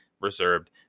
reserved